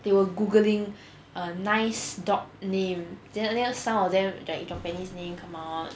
they were googling a nice dog name then then some of them the japanese name come out